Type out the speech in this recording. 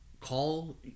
Call